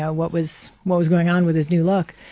ah what was what was going on with his new look.